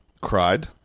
cried